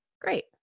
Great